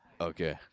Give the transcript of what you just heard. okay